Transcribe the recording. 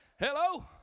Hello